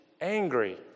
angry